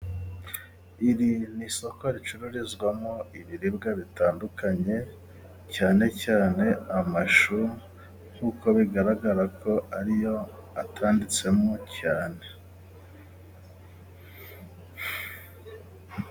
Iri ni isoko ricururizwamo ibiribwa bitandukanye, cyane cyane amashu, nk'uko bigaragara ko ari yo atanditsemo cyane.